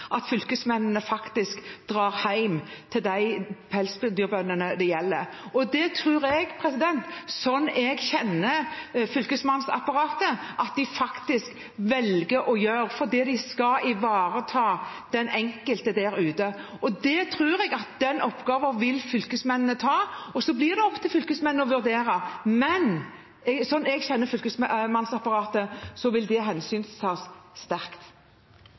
at fylkesmennene drar hjem til de pelsdyrbøndene det gjelder. Slik jeg kjenner fylkesmannsapparatet, tror jeg at de velger å gjøre det, for de skal ivareta den enkelte der ute. Jeg tror fylkesmennene vil ta den oppgaven. Det blir opp til fylkesmennene å vurdere, men slik jeg kjenner fylkesmannsapparatet, vil det bli sterkt